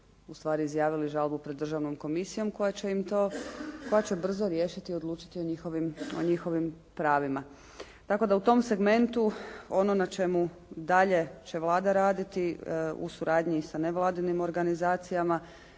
ustvari izjavili žalbu pred državnom komisijom koja će im to, koja će brzo riješiti i odlučiti o njihovim pravima. Tako da u tom segmentu ono na čemu dalje će Vlada raditi u suradnji sa nevladinim organizacijama